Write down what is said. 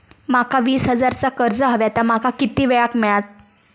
माका वीस हजार चा कर्ज हव्या ता माका किती वेळा क मिळात?